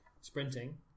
sprinting